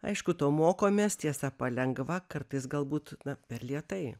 aišku to mokomės tiesa palengva kartais galbūt na per lėtai